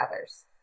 others